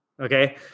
Okay